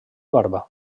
barba